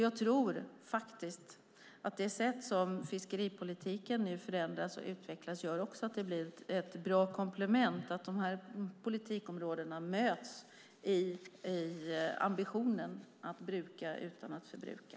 Jag tror också att på det sätt som fiskeripolitiken förändras och utvecklas blir det ett bra komplement, och att dessa politikområden möts i ambitionen att bruka utan att förbruka.